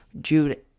Jude